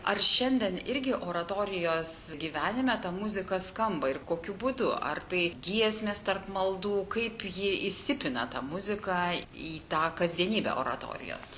ar šiandien irgi oratorijos gyvenime ta muzika skamba ir kokiu būdu ar tai giesmės tarp maldų kaip ji įsipina ta muzika į tą kasdienybę oratorijos